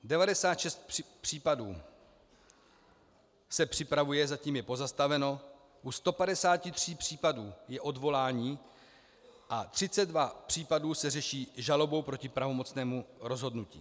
96 případů se připravuje, zatím je pozastaveno, u 153 případů je odvolání a 32 případů se řeší žalobou proti pravomocnému rozhodnutí.